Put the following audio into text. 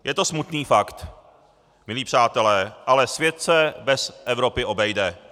Je to smutný fakt, milí přátelé, ale svět se bez Evropy obejde.